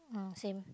ah same